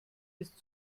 ist